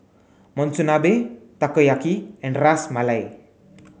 Monsunabe Takoyaki and Ras Malai